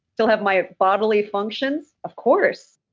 still have my bodily functions? of course.